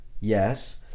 Yes